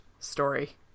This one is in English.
story